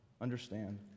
understand